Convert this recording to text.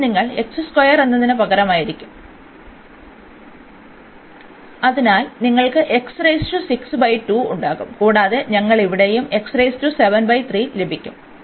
അതിനാൽ നിങ്ങൾ എന്നതിന് പകരമായിരിക്കും അതിനാൽ നിങ്ങൾക്ക് ഉണ്ടാകും കൂടാതെ ഞങ്ങൾ ഇവിടെയും ലഭിക്കും